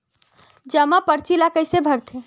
जमा परची ल कइसे भरथे?